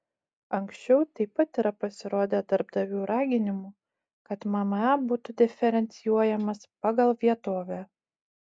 anksčiau taip pat yra pasirodę darbdavių raginimų kad mma būtų diferencijuojamas pagal vietovę